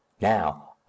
Now